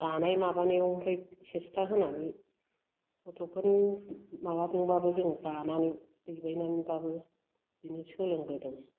दानाय माबानायाव ओमफ्राय सेसथा होनानै गथ'फोरनि माबादोंबाबो जों बानानै दैबायनानैबाबो बिदिनो सोलोंबोदों